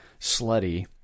slutty